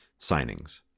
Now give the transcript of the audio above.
signings